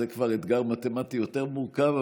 זה כבר אתגר מתמטי יותר מורכב,